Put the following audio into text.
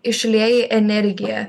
išlieji energiją